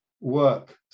work